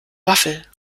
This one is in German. waffel